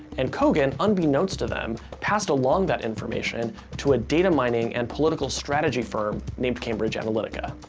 and kogan, unbeknownst to them, passed along that information to a data mining and political strategy firm, named cambridge analytica.